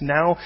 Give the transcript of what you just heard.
Now